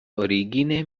origine